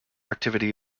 activity